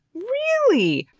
really!